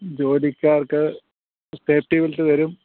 ജോലിക്കാർക്ക് safety belt തരും